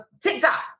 TikTok